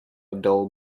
dull